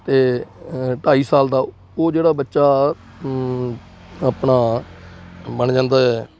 ਅਤੇ ਢਾਈ ਸਾਲ ਦਾ ਉਹ ਜਿਹੜਾ ਬੱਚਾ ਆਪਣਾ ਬਣ ਜਾਂਦਾ ਹੈ